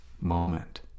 moment